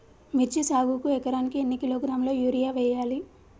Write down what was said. మిర్చి సాగుకు ఎకరానికి ఎన్ని కిలోగ్రాముల యూరియా వేయాలి?